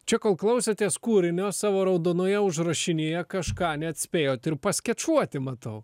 čia ko klausotės kūrinio savo raudonoje užrašinėje kažką net spėjot ir paskečuoti matau